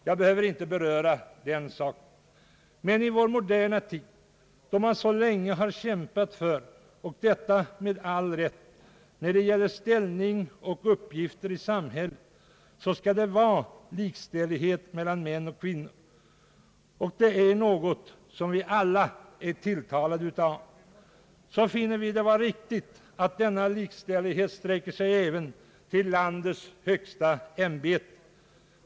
Jag behöver inte beröra den saken, men i vår moderna tid där man, och detta med all rätt, så länge kämpat för likställighet mellan män och kvinnor när det gäller ställning och uppgifter i samhället — något som vi alla är anhängare av — finner vi det vara riktigt att denna likställighet sträcker sig även till landets Ang. kvinnlig tronföljd högsta ämbete.